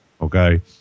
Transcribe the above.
okay